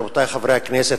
רבותי חברי הכנסת,